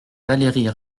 valérie